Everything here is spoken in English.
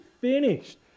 finished